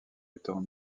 étant